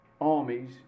armies